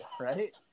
right